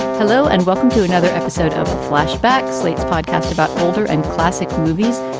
hello and welcome to another episode of flashback, slate's podcast about older and classic movies.